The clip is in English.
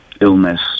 illness